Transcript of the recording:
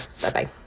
Bye-bye